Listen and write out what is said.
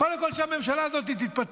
קודם כול, שהממשלה הזאת תתפטר,